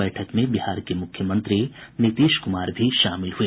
बैठक में बिहार के मुख्यमंत्री नीतीश कुमार भी शामिल हुए